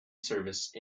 service